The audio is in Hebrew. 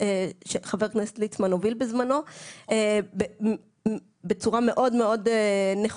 שחבר הכנסת ליצמן הוביל בזמנו בצורה מאוד מאוד נכונה